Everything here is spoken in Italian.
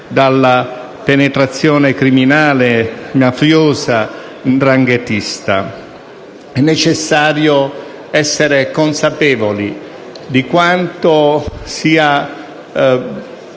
dalla penetrazione criminale, mafiosa e 'ndranghetista. È necessario essere consapevoli di quanto sia